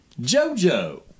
JoJo